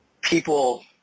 people